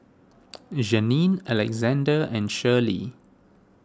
Janine Alexzander and Shirley